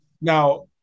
Now